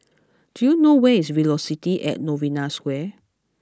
do you know where is Velocity at Novena Square